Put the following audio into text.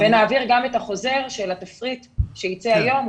נעביר גם את החוזר של התפריט שייצא היום.